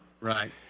Right